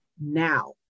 now